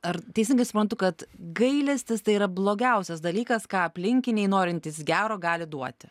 ar teisingai suprantu kad gailestis tai yra blogiausias dalykas ką aplinkiniai norintys gero gali duoti